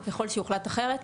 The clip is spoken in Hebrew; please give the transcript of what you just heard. ככל שיוחלט אחרת,